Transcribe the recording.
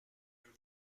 are